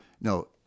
No